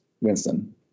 Winston